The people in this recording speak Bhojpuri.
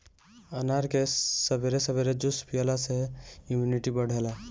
अनार के सबेरे सबेरे जूस पियला से इमुनिटी बढ़ेला